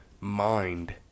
mind